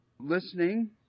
Listening